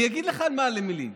אני אגיד לך על מה אני מלין.